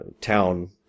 town